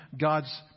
God's